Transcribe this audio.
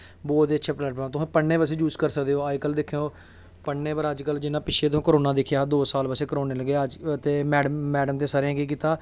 बड़ा स्हेई प्लैटपार्म तुस पढ़नें बास्तै यूज़ करी सकदे हो तुस अज्ज कल दिक्खो पढ़नें पर जियां पैह्लैं दो साल पैह्लैं तुसैं करोना दिक्खेआ हा करोना ते मैडम नै सारें केह् कीता